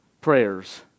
prayers